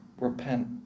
repent